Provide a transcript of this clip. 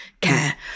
care